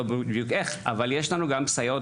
אבל לא ברור בדיוק איך אבל יש לנו גם סייעות